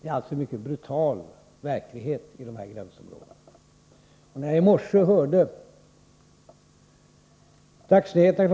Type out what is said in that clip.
Det är alltså en mycket brutal verklighet i dessa gränsområden. Jag hörde på dagsnyheterna kl.